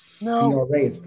No